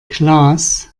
klaas